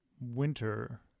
winter